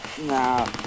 nah